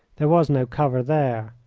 there was no cover there.